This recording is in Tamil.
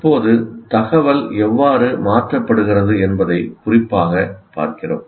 இப்போது தகவல் எவ்வாறு மாற்றப்படுகிறது என்பதை குறிப்பாகப் பார்க்கிறோம்